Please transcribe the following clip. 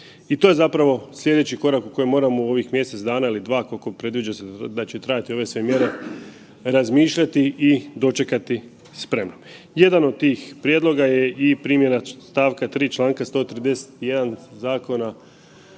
I to je zapravo slijedeći korak o kojem moramo u ovih mjesec dana ili dva, koliko predviđa se da će trajati ove sve mjere, razmišljati i dočekati spreman. Jedan od tih prijedloga je i primjena st. 3. čl. 131. Zakona